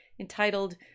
entitled